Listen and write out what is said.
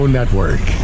Network